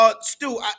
Stu